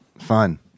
Fun